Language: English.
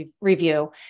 review